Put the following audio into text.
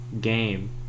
game